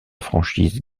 franchise